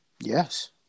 Yes